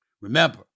Remember